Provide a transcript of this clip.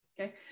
Okay